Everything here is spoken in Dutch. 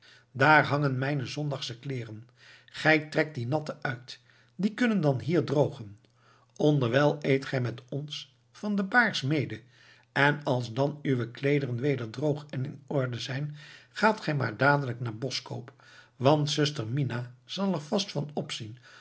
daar hangen mijne zondagsche kleeren gij trekt die natte uit die kunnen dan hier drogen onderwijl eet gij met ons van den baars mede en als dan uwe kleeren weder droog en in orde zijn gaat gij maar dadelijk naar boskoop want zuster mina zal er vast van opzien